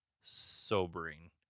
sobering